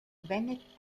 bennett